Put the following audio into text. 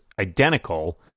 identical